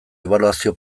ebaluazio